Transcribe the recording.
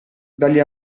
dagli